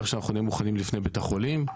שאנחנו נהיה מוכנים לפני בתי החולים.